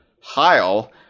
Heil